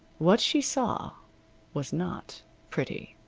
what she saw was not pretty.